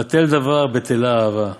בטל דבר, בטלה אהבה,